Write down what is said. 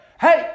hey